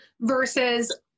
versus